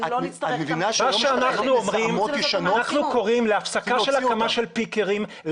אנחנו קוראים להפסקה של הקמת פיקרים,